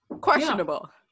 questionable